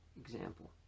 example